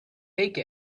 take